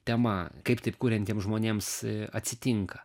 tema kaip taip kuriantiems žmonėms atsitinka